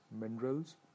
minerals